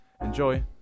Enjoy